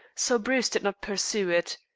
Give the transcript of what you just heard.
so bruce did not pursue it.